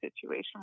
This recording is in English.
situation